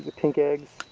pink eggs.